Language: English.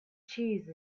cheese